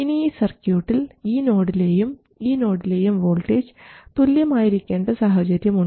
ഇനി ഈ സർക്യൂട്ടിൽ ഈ നോഡിലെയും ഈ നോഡിലെയും വോൾട്ടേജ് തുല്യമായിരിക്കേണ്ട സാഹചര്യമുണ്ട്